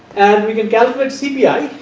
and we can calculate cpi.